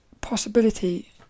possibility